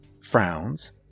frowns